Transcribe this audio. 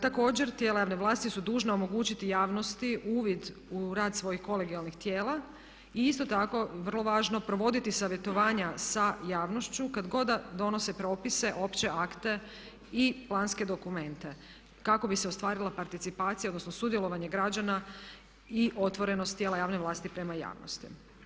Također tijela javne vlasti su dužna omogućiti javnosti uvid u rad svojih kolegijalnih tijela i isto tako vrlo važno provoditi savjetovanja sa javnošću kad god da donose propise, opće akte i planske dokumente kako bi se ostvarila participacija, odnosno sudjelovanje građana i otvorenost tijela javne vlasti prema javnosti.